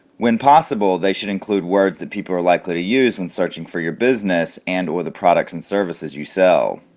when possible they should include words that people are likely to use when searching for your business and or the products and services you sell.